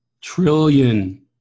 Trillion